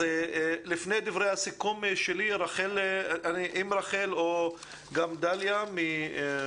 לפני דברי הסיכום שלי, רחל או דליה רוצות